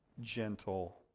gentle